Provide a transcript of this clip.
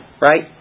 right